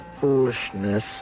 foolishness